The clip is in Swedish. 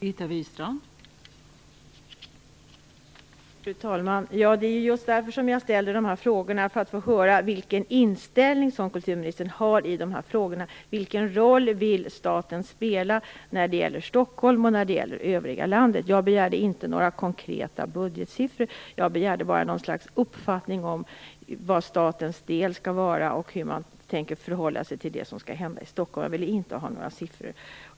Fru talman! Jag ställer mina frågor just därför att jag vill höra vilken inställning som kulturministern har i dessa frågor. Vilken roll vill staten spela när det gäller Stockholm och när det gäller övriga landet? Jag begärde inte några konkreta budgetsiffror. Jag begärde bara någon slags uppfattning om hur stor statens del skall vara och hur man tänker förhålla sig till det som skall hända i Stockholm. Jag ville inte ha några siffror.